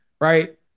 right